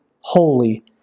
holy